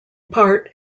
part